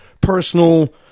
personal